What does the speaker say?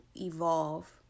evolve